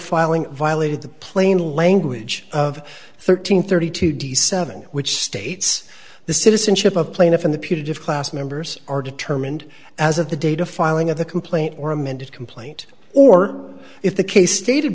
filing violated the plain language of thirteen thirty two d seven which states the citizenship of plaintiff in the putative class members are determined as of the data filing of the complaint or amended complaint or if the case stated